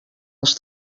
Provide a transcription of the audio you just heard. els